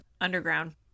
underground